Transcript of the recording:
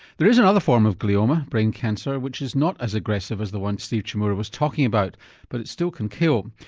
there is another form of glioma brain cancer which is not as aggressive as the one steve chmura was talking about but it still can kill.